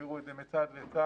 שהעבירו את זה מצד לצד,